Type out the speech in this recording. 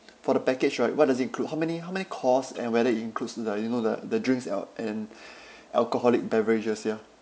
for the package right what does it include how many how many course and whether it includes the you know the the drinks al~ and alcoholic beverages ya